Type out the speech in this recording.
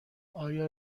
آیا